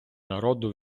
народу